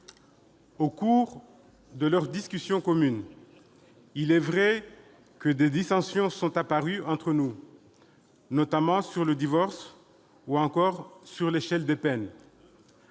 Au cours de l'examen de ces textes, il est vrai que des dissensions sont apparues entre nous, notamment sur le divorce ou sur l'échelle des peines.